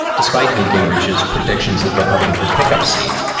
despite newt gingrich's predictions that republicans would pick up seats.